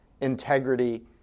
integrity